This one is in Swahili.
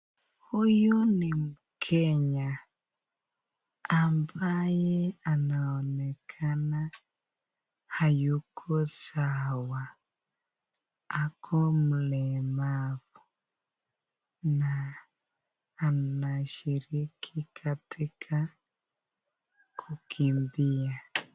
Huyu ni mkenya ambaye anaonekana hayuko sawa ako mlemavu, na anashiriki katika kukimbia.